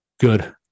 good